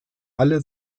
alle